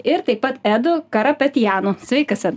ir taip pat edu karapetjanu sveikas edai